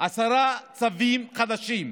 עשרה צווים חדשים.